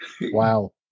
Wow